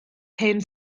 hen